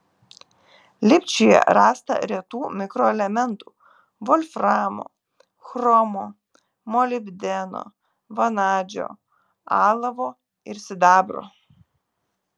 lipčiuje rasta retų mikroelementų volframo chromo molibdeno vanadžio alavo ir sidabro